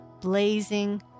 blazing